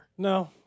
No